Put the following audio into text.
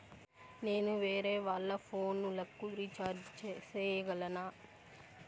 నేను వేరేవాళ్ల ఫోను లకు రీచార్జి సేయగలనా?